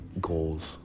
goals